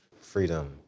freedom